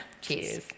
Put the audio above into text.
Cheers